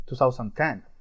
2010